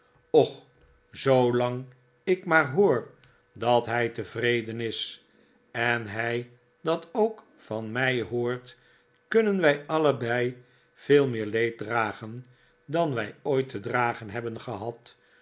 och zoolang ik maar hoor dat hij tevreden is en hij dat ook van mij hoort kunnen wij allebei veel meer leed dragen dan wij ooit te dragen hebben gehad